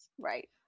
Right